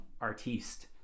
artiste